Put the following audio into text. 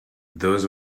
those